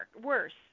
worse